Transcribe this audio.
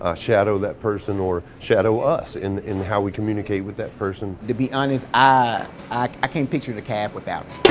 ah shadows that person, or shadows us in in how we communicate with that person. to be honest, i i can't picture the caf without